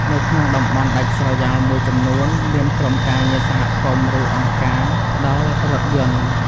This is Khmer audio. នៅក្នុងតំបន់ដាច់ស្រយាលមួយចំនួន មានក្រុមការងារសហគមន៍ឬអង្គការផ្តល់រថយន្ត។